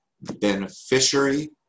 beneficiary